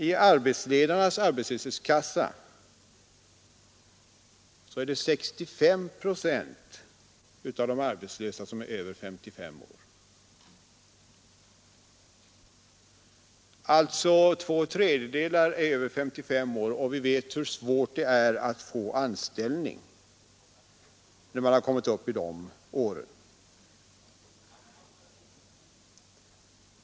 I arbetsledarnas arbetslöshetskassa är 65 procent av de arbetslösa över 55 år — alltså två tredjedelar. Vi vet hur svårt det är att få anställning, när man kommit upp i de åren.